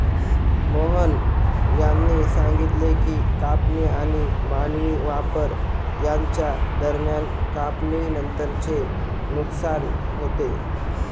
मोहन यांनी सांगितले की कापणी आणि मानवी वापर यांच्या दरम्यान कापणीनंतरचे नुकसान होते